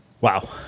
Wow